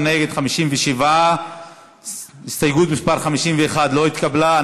בעד, 16, נגד, 57. הסתייגות מס' 51 לא התקבלה.